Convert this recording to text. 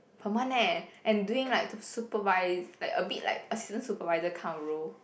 per month leh and doing like to supervise like a bit like assistant supervisor kind of role